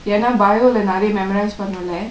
ஏனா:yena bio நிறைய:niraya memorise பன்னனும்ல:pannanumla